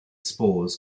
spores